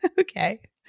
Okay